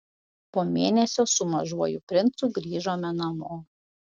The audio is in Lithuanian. po mėnesio su mažuoju princu grįžome namo